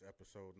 episode